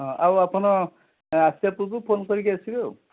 ହଁ ଆଉ ଆପଣ ଆସିବା ପୂର୍ବରୁ ଫୋନ୍ କରିକି ଆସିବେ ଆଉ